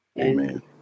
Amen